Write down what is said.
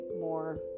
more